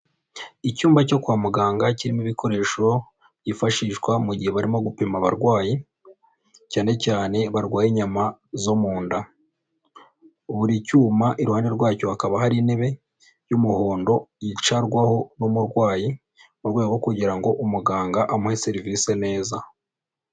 Icyumba cyo kwa muganga kirimo ibikoresho byifashishwa mu gihe barimo gupima abarwayi, cyane cyane barwaye inyama zo mu nda. Buri cyuma iruhande rwacyo hakaba hari intebe y'umuhondo yicarwaho n'umurwayi mu rwego rwo kugira ngo umuganga amuhe serivisi neza.